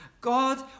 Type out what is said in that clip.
God